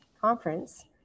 conference